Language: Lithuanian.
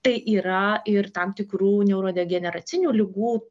tai yra ir tam tikrų neurodegeneracinių ligų